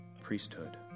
priesthood